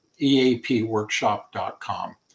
eapworkshop.com